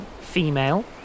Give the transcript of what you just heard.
female